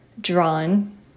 drawn